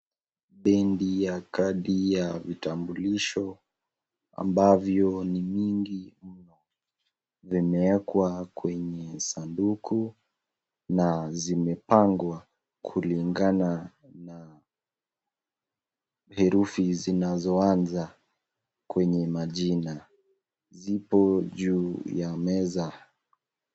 Bendi ya kadi ya vitambulisho ambavyo ni mingi mno. Vimewekwa kwenye sanduku na zimepangwa kulingana na herufi zinazoanza kwenye majina. Zipo juu ya meza.